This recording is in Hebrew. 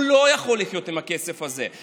הוא לא יכול לחיות עם הכסף הזה.